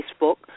Facebook